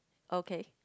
okay